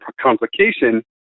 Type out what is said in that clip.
complication